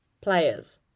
players